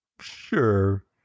Sure